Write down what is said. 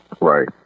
Right